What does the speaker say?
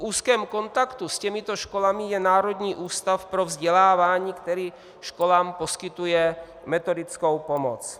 V úzkém kontaktu s těmito školami je Národní ústav pro vzdělávání, který školám poskytuje metodickou pomoc.